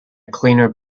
cleaner